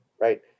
right